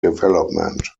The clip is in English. development